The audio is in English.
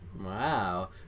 Wow